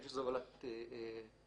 בין שזה הובלת טובין,